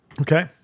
Okay